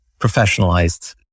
professionalized